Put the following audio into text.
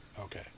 Okay